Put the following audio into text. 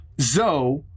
Zoe